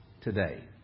today